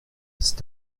cet